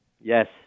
Yes